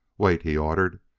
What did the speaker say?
wait! he ordered.